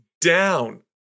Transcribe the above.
down